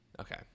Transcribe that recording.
Okay